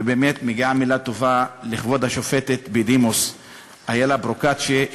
ובאמת מגיעה מילה טובה לכבוד השופטת בדימוס אילה פרוקצ'יה,